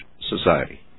society